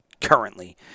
currently